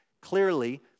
Clearly